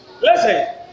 listen